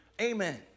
Amen